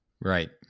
Right